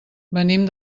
venim